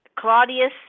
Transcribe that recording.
Claudius